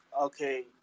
okay